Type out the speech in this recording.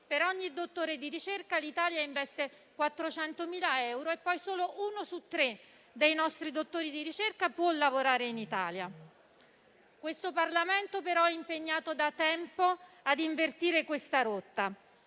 per ogni dottore di ricerca l'Italia investe 400.000 euro e poi solo uno su tre dei nostri dottori di ricerca può lavorare in Italia. Il Parlamento, però, è impegnato da tempo a invertire questa rotta